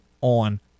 on